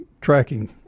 tracking